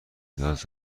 نیاز